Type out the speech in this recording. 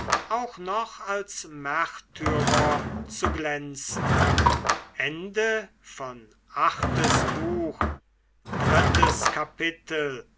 auch noch als märtyrer zu glänzen